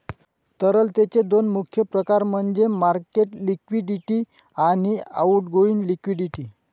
तरलतेचे दोन मुख्य प्रकार म्हणजे मार्केट लिक्विडिटी आणि अकाउंटिंग लिक्विडिटी